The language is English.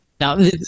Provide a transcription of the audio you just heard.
Now